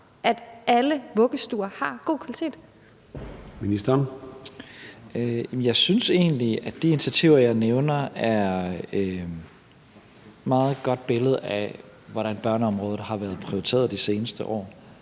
og undervisningsministeren (Mattias Tesfaye): Jeg synes egentlig, at de initiativer, jeg nævner, er et meget godt billede på, hvordan børneområdet har været prioriteret de seneste år.